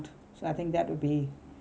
so I think that will be